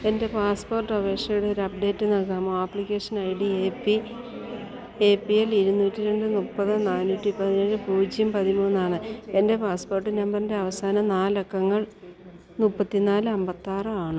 എൻ്റെ പാസ്പോർട്ട് അപേക്ഷയുടെ ഒരു അപ്ഡേറ്റ് നൽകാമോ application I D A P L ഇരുന്നൂറ്റിരണ്ട് മുപ്പത് നാനൂറ്റി പതിനേഴ് പൂജ്യം പതിമൂന്നാണ് എൻ്റെ പാസ്പോർട്ട് നമ്പറിൻ്റെ അവസാന നാലക്കങ്ങൾ മുപ്പത്തിനാല് അമ്പത്തിയാറാണ്